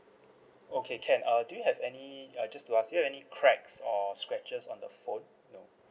okay can uh do you have any uh just to ask you do you have cracks or scratches on the phone no